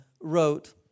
wrote